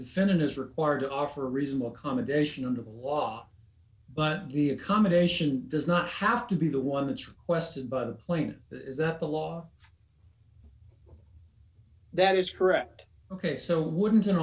defendant is required to offer reasonable accommodation under the law but the accommodation does not have to be the one that's requested by the plane is that the law that is correct ok so wouldn't an